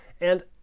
and